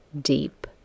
deep